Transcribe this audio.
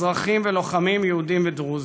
אזרחים ולוחמים יהודים ודרוזים.